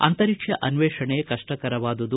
ಅಂತರಿಕ್ಷ ಅನ್ವೇಷಣೆ ಕಪ್ಪಕರವಾದುದು